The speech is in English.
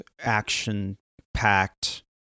action-packed